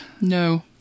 No